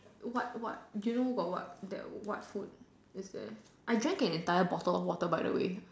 what what do you know got the what food is there I drank an entire bottle of water by the way